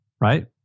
Right